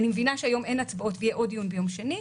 אני מבינה שהיום אין הצבעות ויהיה עוד דיון ביום שני.